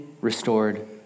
restored